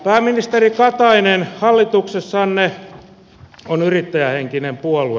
pääministeri katainen hallituksessanne on yrittäjähenkinen puolue